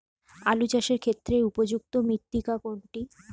আলু চাষের ক্ষেত্রে উপযুক্ত মৃত্তিকা কোনটি?